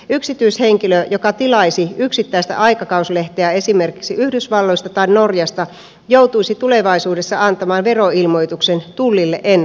yksityishenkilö joka tilaisi yksittäistä aikakauslehteä esimerkiksi yhdysvalloista tai norjasta joutuisi tulevaisuudessa antamaan veroilmoituksen tullille ennakkoon